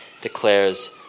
declares